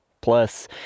Plus